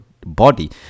body